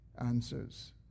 answers